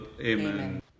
Amen